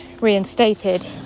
reinstated